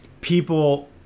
people